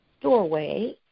doorway